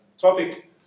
topic